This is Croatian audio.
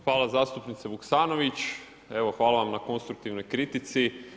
Hvala zastupnice Vuksanović, evo hvala vam na konstruktivnoj kritici.